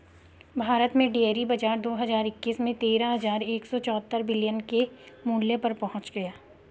भारत में डेयरी बाजार दो हज़ार इक्कीस में तेरह हज़ार एक सौ चौहत्तर बिलियन के मूल्य पर पहुंच गया